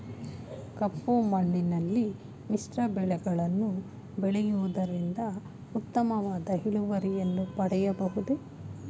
ಕಪ್ಪು ಮಣ್ಣಿನಲ್ಲಿ ಮಿಶ್ರ ಬೆಳೆಗಳನ್ನು ಬೆಳೆಯುವುದರಿಂದ ಉತ್ತಮವಾದ ಇಳುವರಿಯನ್ನು ಪಡೆಯಬಹುದೇ?